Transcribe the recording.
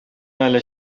әле